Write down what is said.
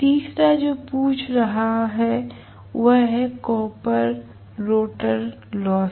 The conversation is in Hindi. तीसरा जो पूछा जा रहा है वह है रोटर कॉपर लॉस